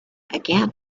again